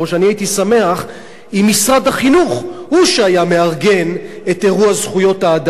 אני הייתי שמח אם משרד החינוך הוא שהיה מארגן את אירוע זכויות האדם,